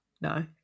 No